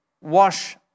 wash